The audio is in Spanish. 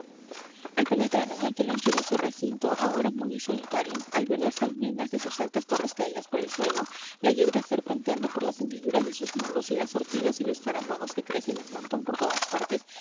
al penetrar en aquel anchuroso recinto ahora mudo y solitario al ver las almenas de sus altas torres caídas por el suelo la hiedra serpenteando por las hendiduras de sus muros y las ortigas y los jaramagos que crecen en montón por todas partes